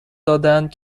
دادند